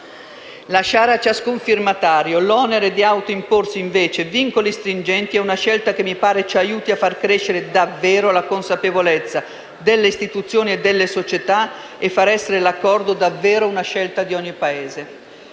Lasciare a ciascun firmatario l'onere di autoimporsi vincoli stringenti è invece una scelta che mi pare ci aiuti a far crescere davvero la consapevolezza delle istituzioni e delle società e far essere l'Accordo davvero una scelta di ogni Paese.